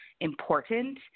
important